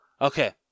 Okay